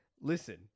Listen